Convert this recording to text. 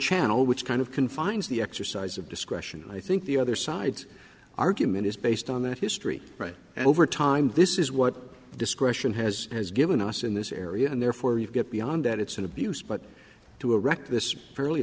channel which kind of confines the exercise of discretion and i think the other side's argument is based on that history right over time this is what discretion has has given us in this area and therefore you get beyond that it's an abuse but to erect this fairly